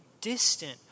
distant